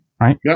right